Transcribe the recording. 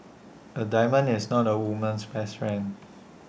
A diamond is not A woman's best friend